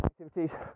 activities